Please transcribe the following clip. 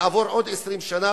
יעברו עוד 20 שנה,